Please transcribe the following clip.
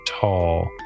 tall